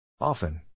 Often